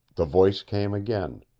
the voice came again.